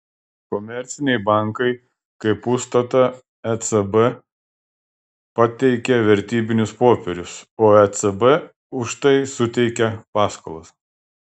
komerciniai bankai kaip užstatą ecb pateikia vertybinius popierius o ecb už tai suteikia paskolas